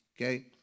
okay